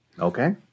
okay